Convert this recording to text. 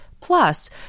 Plus